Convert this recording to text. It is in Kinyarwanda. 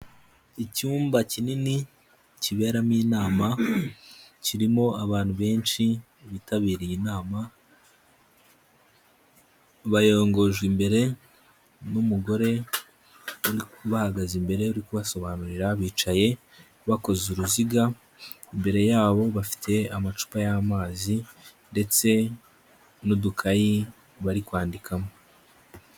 Icyumba kinini kiberamo inama, kirimo abantu benshi bitabiriye inama, bayongojwe imbere n'umugore ubahagaze mbere, uri kubasobanurira, bicaye bakoze uruziga, imbere yabo bafite amacupa y'amazi, ndetse n'udukayi bari kwandikamo.